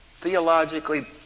theologically